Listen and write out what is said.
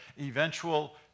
eventual